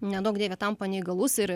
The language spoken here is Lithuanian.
neduok dieve tampa neįgalus ir